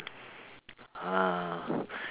ah